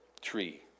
tree